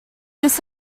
this